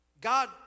God